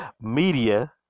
Media